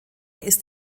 ist